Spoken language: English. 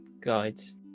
guides